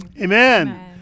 Amen